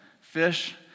fish